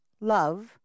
love